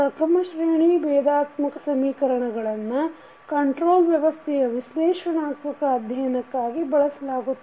ಪ್ರಥಮಶ್ರೇಣಿ ಬೇಧಾತ್ಮಕ ಸಮೀಕರಣಗಳನ್ನು ಕಂಟ್ರೋಲ್ ವ್ಯವಸ್ಥೆಯ ವಿಶ್ಲೇಷಣಾತ್ಮಕ ಅಧ್ಯಯನಕ್ಕಾಗಿ ಬಳಸಲಾಗುತ್ತದೆ